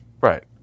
Right